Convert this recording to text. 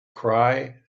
cry